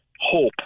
hope